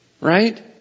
Right